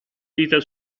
vita